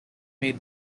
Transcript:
made